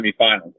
semifinals